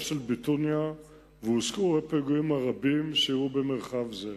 של ביתוניא והוזכרו הפיגועים הרבים שאירעו במרחב זה.